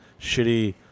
shitty